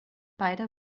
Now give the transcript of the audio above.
beide